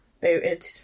booted